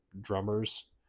drummers